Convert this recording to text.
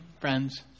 friends